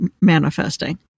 manifesting